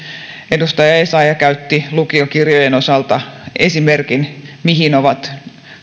edustaja essayah käytti lukiokirjojen osalta esimerkin mitä ovat